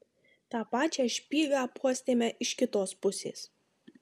tą pačią špygą apuostėme iš kitos pusės